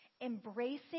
Embracing